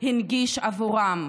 הנגיש עבורם.